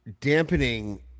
dampening